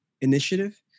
initiative